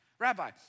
Rabbi